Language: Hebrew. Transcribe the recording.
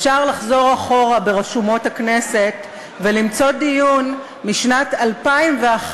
אפשר לחזור אחורה ברשומות הכנסת ולמצוא דיון משנת 2001,